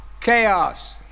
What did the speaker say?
chaos